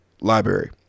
library